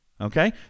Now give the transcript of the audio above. okay